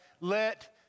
let